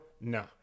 No